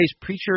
preacher